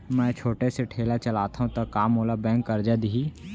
मैं छोटे से ठेला चलाथव त का मोला बैंक करजा दिही?